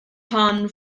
hon